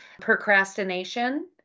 procrastination